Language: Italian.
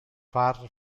far